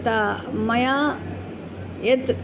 ता मया यत्